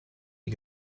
die